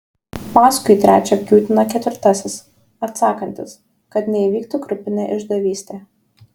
paskui trečią kiūtina ketvirtasis atsakantis kad neįvyktų grupinė išdavystė